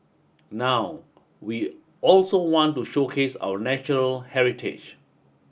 now we also want to showcase our natural heritage